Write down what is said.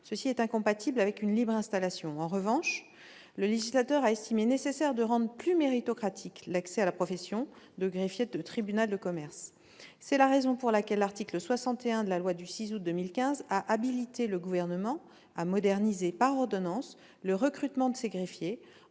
Cela est incompatible avec une libre installation. En revanche, le législateur a estimé nécessaire de rendre plus méritocratique l'accès à la profession de greffier de tribunal de commerce. C'est la raison pour laquelle l'article 61 de la loi du 6 août 2015 a habilité le Gouvernement à moderniser par ordonnance le recrutement de ces greffiers,